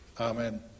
Amen